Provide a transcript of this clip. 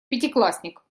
пятиклассник